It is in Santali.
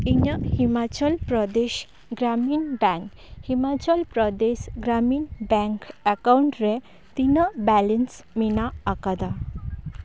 ᱤᱧᱟᱹᱜ Himachal Pradesh Gramin bank Himachal Pradesh Gramin bank account ᱨᱮ ᱛᱤᱱᱟᱹᱜ ᱵᱮᱞᱮᱱᱥ ᱢᱮᱱᱟᱜ ᱟᱠᱟᱫᱟ